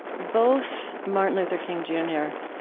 both martin luther king jr.